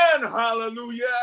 hallelujah